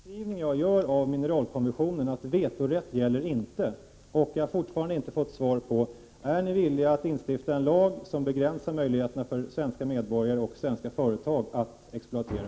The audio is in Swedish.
Herr talman! Jag vill fråga om utrikesministern håller med mig om den beskrivning som jag gör beträffande mineralkonventionen — att vetorätt inte gäller. Jag har fortfarande inte fått något svar på frågan: Är ni villiga att instifta en lag som begränsar möjligheterna för svenska medborgare och svenska företag att exploatera?